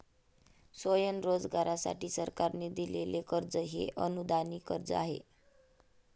स्वयंरोजगारासाठी सरकारने दिलेले कर्ज हे अनुदानित कर्ज आहे